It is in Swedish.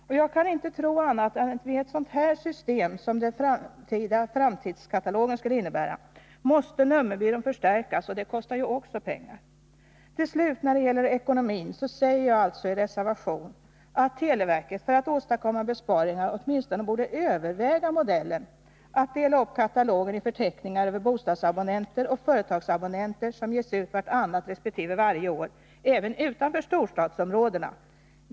Jag kan inte tro annat än att vid det system som framtidskatalogen skulle kräva måste nummerbyrån förstärkas, vilket ju också kostar pengar. När det till slut gäller ekonomin skriver jag i reservation att televerket för att åstadkomma besparingar åtminstone borde överväga modellen att dela upp katalogen i förteckningar över bostadsabonnenter och företagsabonnenter. Dessa förteckningar skulle ges ut vartannat resp. varje år även utanför storstadsområdena.